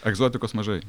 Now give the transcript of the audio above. egzotikos mažai